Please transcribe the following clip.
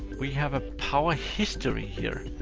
we have a power history here,